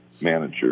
manager